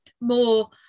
more